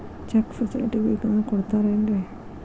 Check facility ಬೇಕಂದ್ರ ಕೊಡ್ತಾರೇನ್ರಿ?